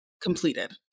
completed